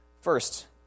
First